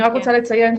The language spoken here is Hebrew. אני רק רוצה לציין,